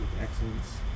excellence